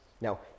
Now